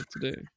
today